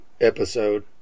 episode